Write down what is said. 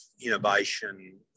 innovation